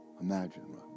Imagine